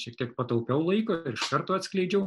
šiek tiek pataupiau laiko ir iš karto atskleidžiau